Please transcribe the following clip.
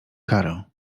karę